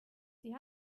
sie